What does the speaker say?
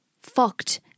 fucked